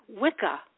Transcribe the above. wicca